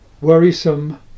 worrisome